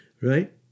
Right